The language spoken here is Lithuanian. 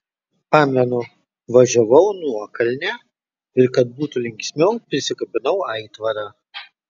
pamenu važiavau nuokalne ir kad būtų linksmiau prisikabinau aitvarą